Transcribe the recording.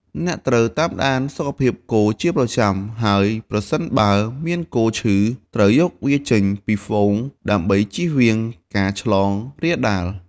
អ្នកត្រូវតាមដានសុខភាពគោជាប្រចាំ ហើយប្រសិនបើមានគោឈឺ ត្រូវយកវាចេញពីហ្វូងដើម្បីចៀសវាងការឆ្លងរាលដាល។